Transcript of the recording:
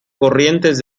corrientes